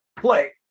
Play